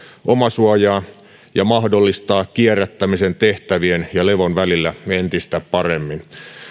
omasuojaa ja mahdollistaa kierrättämisen tehtävien ja levon välillä entistä paremmin